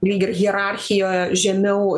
lyg ir hierarchijoje žemiau